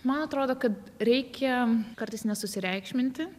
man atrodo kad reikia kartais nesusireikšminti